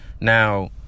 Now